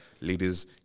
ladies